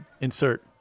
insert